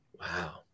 Wow